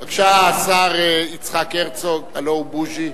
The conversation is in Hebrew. בבקשה, השר יצחק הרצוג, הלוא הוא בוז'י.